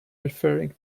referring